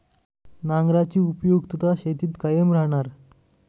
नांगराची उपयुक्तता शेतीत कायम राहणार